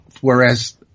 whereas